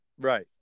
Right